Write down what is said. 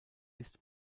ist